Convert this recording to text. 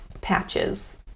patches